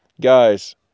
guys